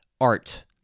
art